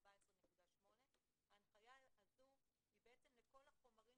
14.8. ההנחיה הזו היא למעשה לגבי כל החומרים